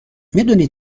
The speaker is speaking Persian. دونی